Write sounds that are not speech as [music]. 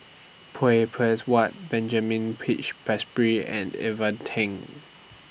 [unintelligible] Whatt Benjamin Peach [unintelligible] and Ivan Tng